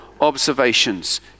observations